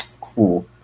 cool